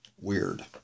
weird